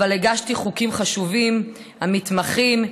אבל הגשתי חוקים חשובים: המתמחים,